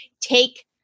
take